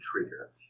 trigger